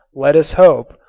let us hope,